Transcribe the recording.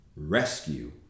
rescue